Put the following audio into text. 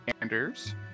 Anders